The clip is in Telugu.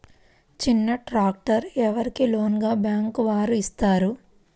చిన్న ట్రాక్టర్ ఎవరికి లోన్గా బ్యాంక్ వారు ఇస్తారు?